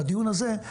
בדיון הזה,